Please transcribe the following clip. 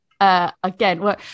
again